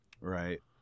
Right